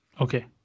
Okay